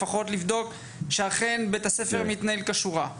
לפחות לבדוק שאכן בית הספר מתנהל כשורה.